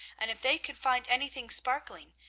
and if they can find anything sparkling,